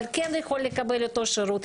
אבל כן יכול לקבל את אותו שירות.